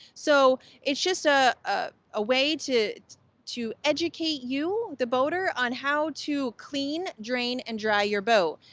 so it's just a ah ah way to to educate you, the boater, on how to clean, drain and dry your boat.